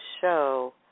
show